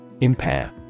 Impair